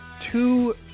Two